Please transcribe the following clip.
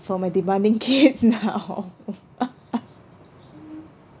for my demanding kids now